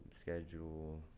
schedule